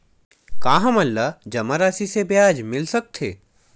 का हमन ला जमा राशि से ब्याज मिल सकथे?